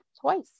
twice